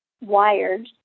wired